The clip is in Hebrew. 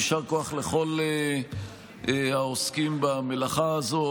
יישר כוח לכל עוסקים במלאכה הזו,